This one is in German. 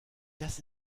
das